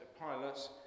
pilots